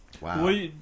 Wow